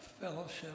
fellowship